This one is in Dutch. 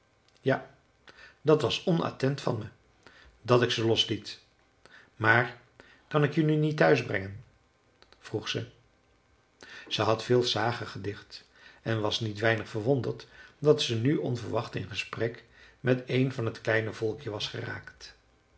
ja dat was onattent van me dat ik ze losliet maar kan ik je nu niet thuisbrengen vroeg ze ze had veel sagen gedicht en was niet weinig verwonderd dat ze nu onverwachts in gesprek met een van t kleine volkje was geraakt